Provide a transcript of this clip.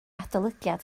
adolygiad